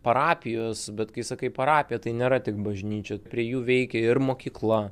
parapijos bet kai sakai parapija tai nėra tik bažnyčia prie jų veikė ir mokykla